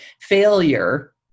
failure